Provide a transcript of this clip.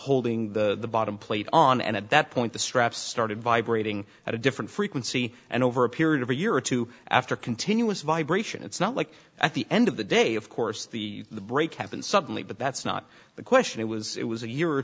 holding the bottom plate on and at that point the straps started vibrating at a different frequency and over a period of a year or two after continuous vibration it's not like at the end of the day of course the break happened suddenly but that's not the question it was it was a year or